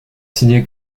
signé